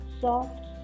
soft